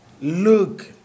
look